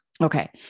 Okay